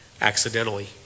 accidentally